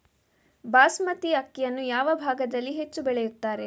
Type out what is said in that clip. ಬಾಸ್ಮತಿ ಅಕ್ಕಿಯನ್ನು ಯಾವ ಭಾಗದಲ್ಲಿ ಹೆಚ್ಚು ಬೆಳೆಯುತ್ತಾರೆ?